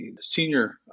senior